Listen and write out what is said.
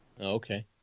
Okay